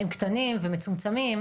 הם קטנים ומצומצמים.